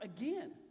again